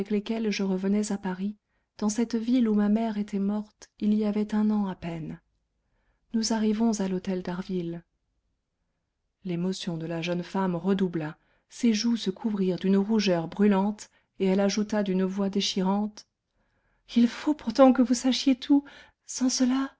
lesquels je revenais à paris dans cette ville où ma mère était morte il y avait un an à peine nous arrivons à l'hôtel d'harville l'émotion de la jeune femme redoubla ses joues se couvrirent d'une rougeur brûlante et elle ajouta d'une voix déchirante il faut pourtant que vous sachiez tout sans cela